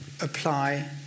apply